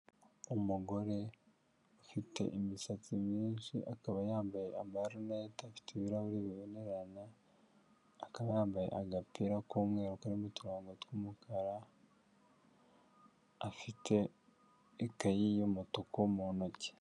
Umugore ufite imisatsi myinshi akaba yambaye amarinete afite ibirahuri bibonerana, akaba yambaye agapira k'umweru karimo uturongogo tw'umukara, afite ikayi y'umutuku mu ntoki.